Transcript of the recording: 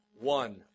one